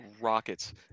rockets